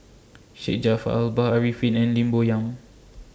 Syed Jaafar Albar Arifin and Lim Bo Yam